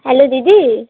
hello দিদি